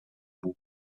bout